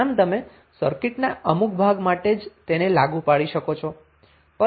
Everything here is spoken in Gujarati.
આમ તમે સર્કિટના અમુક ભાગ માટે જ તેને લાગુ પાડી શકો છો